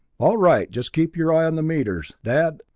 all right just keep your eye on the meters, dad,